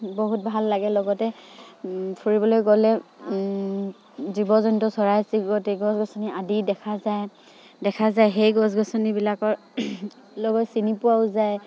বহুত ভাল লাগে লগতে ফুৰিবলৈ গ'লে জীৱ জন্তু চৰাই চিৰিকটি গছ গছনি আদি দেখা যায় দেখা যায় সেই গছ গছনিবিলাকৰ লগত চিনি পোৱাও যায়